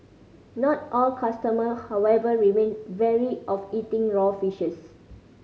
not all customer however remain wary of eating raw fish